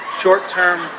short-term